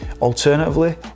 Alternatively